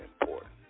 important